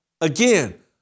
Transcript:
again